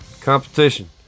competition